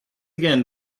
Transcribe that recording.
again